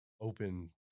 open